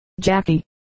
Jackie